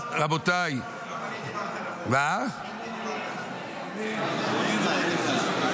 אז, רבותיי --- אני דיברתי על החוק.